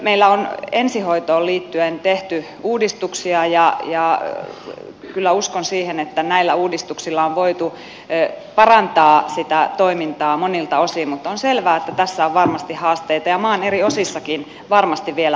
meillä on ensihoitoon liittyen tehty uudistuksia ja kyllä uskon siihen että näillä uudistuksilla on voitu parantaa sitä toimintaa monilta osin mutta on selvää että tässä on varmasti haasteita ja maan eri osissakin varmasti vielä vaihtelua